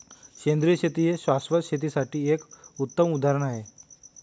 सेंद्रिय शेती हे शाश्वत शेतीसाठी एक उत्तम उदाहरण आहे